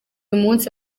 munsi